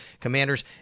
Commanders